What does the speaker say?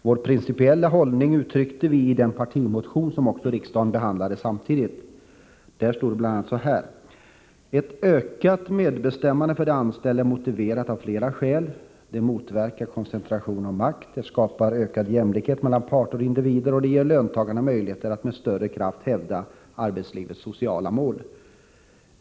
Vår principiella hållning uttryckte vi i den partimotion som riksdagen behandlade samtidigt. Där anfördes bl.a.: Ett ökat medbestämmande för de anställda är motiverat av flera skäl. Det motverkar koncentration av makt, det skapar ökad jämlikhet mellan parter och individer och ger löntagarna möjligheter att med större kraft hävda arbetslivets sociala mål.